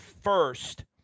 first